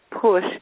push